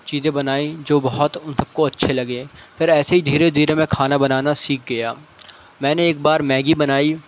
چیزیں بنائیں جو بہت ان سب کو اچھے لگے پھر ایسے ہی دھیرے دھیرے میں کھانا بنانا سیکھ گیا میں نے ایک بار میگی بنائی